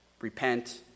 repent